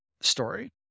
story